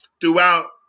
throughout